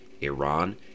Iran